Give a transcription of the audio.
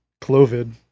Clovid